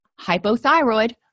hypothyroid